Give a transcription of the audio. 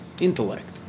intellect